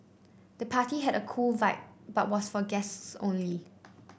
the party had a cool vibe but was for guests only